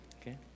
Okay